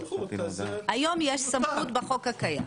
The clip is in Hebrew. היום יש סמכות בחוק הקיים.